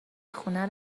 خونه